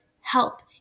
help